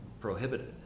prohibited